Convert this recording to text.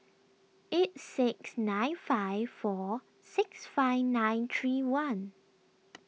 eight six nine five four six five nine three one